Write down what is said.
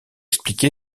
expliqué